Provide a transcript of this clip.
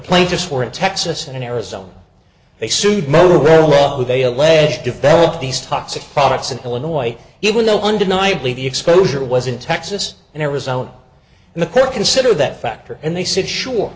four in texas and in arizona they sued motorola who they allege developed these toxic products in illinois even though undeniably the exposure was in texas and arizona and the court consider that factor and they said sure